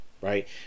right